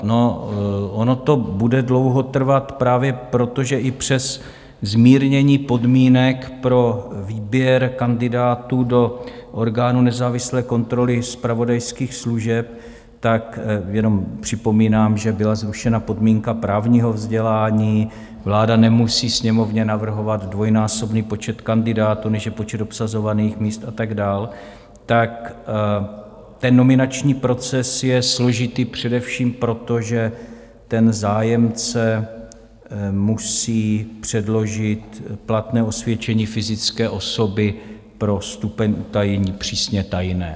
No, ono to bude dlouho trvat právě proto, že i přes zmírnění podmínek pro výběr kandidátů do orgánů nezávislé kontroly zpravodajských služeb jenom připomínám, že byla zrušena podmínka právního vzdělání, vláda nemusí Sněmovně navrhovat dvojnásobný počet kandidátů, než je počet obsazovaných míst, a tak dál ten nominační proces je složitý, především proto, že zájemce musí předložit platné osvědčení fyzické osoby pro stupeň utajení přísně tajné.